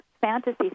fantasy